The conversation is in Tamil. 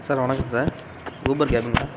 சார் வணக்கம் சார் ஊபர் கேப்புங்களா